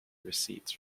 receipts